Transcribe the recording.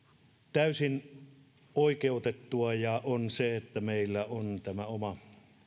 täysin oikeutettua on se että meillä on tämä oma